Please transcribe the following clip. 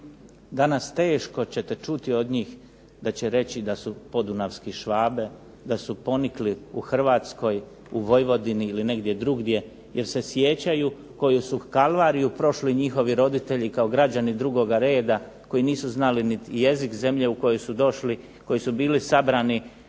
danas teško ćete čuti od njih da će reći da su podunavske Švabe, da su ponikli u Hrvatskoj, u Vojvodini ili negdje drugdje jer se sjećaju koju su kalvariju prolazili njihovi roditelji kao građani drugog reda koji nisu znali niti jezik zemlje u koju su došli, koji su bili sabrani